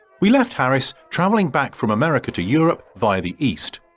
we left harris travelling back from america to europe via the east.